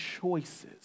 choices